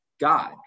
God